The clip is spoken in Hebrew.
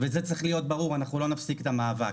וזה צריך להיות ברור, אנחנו לא נפסיק את המאבק.